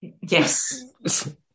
Yes